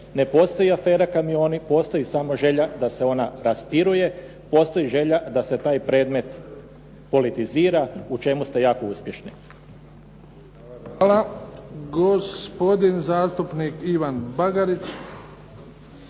Ne postoji afera "kamioni", postoji samo želja da se ona raspiruje, postoji želja da se taj predmet politizira u čemu ste jako uspješni. **Bebić, Luka (HDZ)** Hvala. Gospodin zastupnik Ivan Bagarić.